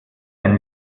ein